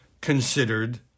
considered